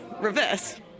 reverse